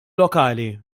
lokali